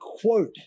quote